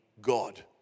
God